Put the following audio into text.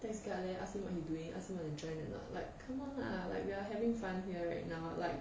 text guard leh ask him what he doing ask him want to join or not like come on lah like we are having fun here right now like